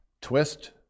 twist